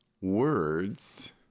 words